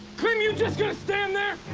clem, you're just gonna stand there?